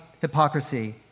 hypocrisy